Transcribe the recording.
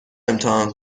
امتحان